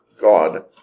God